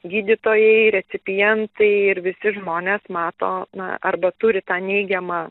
gydytojai recipientai ir visi žmonės mato na arba turi tą neigiamą